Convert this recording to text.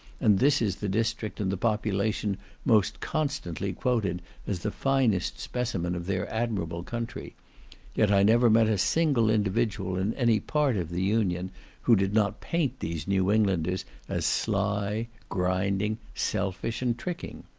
and this is the district and the population most constantly quoted as the finest specimen of their admirable country yet i never met a single individual in any part of the union who did not paint these new englanders as sly, grinding, selfish, and tricking.